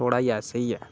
थोह्ड़ा ऐसा ही हे